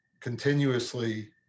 continuously